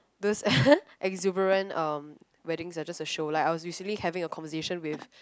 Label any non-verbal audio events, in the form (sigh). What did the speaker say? those (laughs) exuberant um weddings are just a show like I was recently having a conversation with